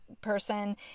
person